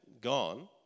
gone